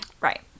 right